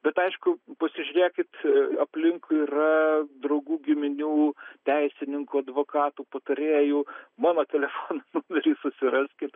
bet aišku pasižiūrėkit aplinkui yra draugų giminių teisininkų advokatų patarėjų mano telefono numerį susiraskit